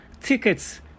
tickets